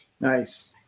Nice